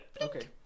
Okay